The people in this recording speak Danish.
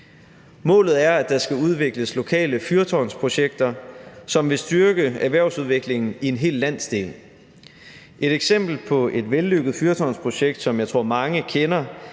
Målet er, at der skal udvikles lokale fyrtårnsprojekter, som vil styrke erhvervsudviklingen i en hel landsdel. Et eksempel på et vellykket fyrtårnsprojekt, som jeg tror mange kender,